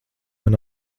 man